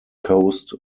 coast